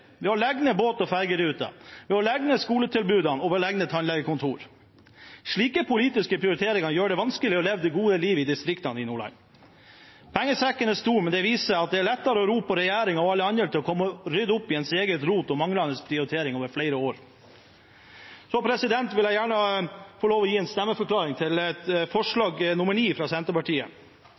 ved å legge ned båt- og fergeruter, ved å legge ned skoletilbud og ved å legge ned tannlegekontorer. Slike politiske prioriteringer gjør det vanskelig å leve det gode liv i distriktene i Nordland. Pengesekken er stor, men det viser seg at det er lettere å rope på regjeringen og alle andre for å komme og rydde opp i eget rot og for manglende prioriteringer over flere år. Så vil jeg gjerne få gi en stemmeforklaring til forslag nr. 9, fra Senterpartiet.